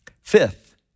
Fifth